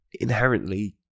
inherently